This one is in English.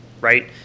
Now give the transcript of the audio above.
right